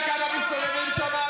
אתה יודע כמה מסתובבים שם?